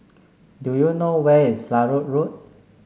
do you know where is Larut Road